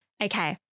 okay